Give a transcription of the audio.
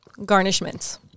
garnishments